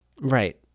Right